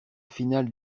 finale